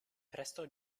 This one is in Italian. presto